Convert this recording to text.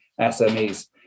SMEs